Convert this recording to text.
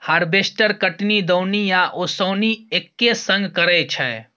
harvester कटनी, दौनी आ ओसौनी एक्के संग करय छै